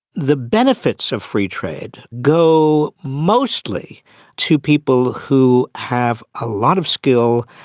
the benefits of free trade go mostly to people who have a lot of skill,